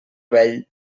vell